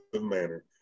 manner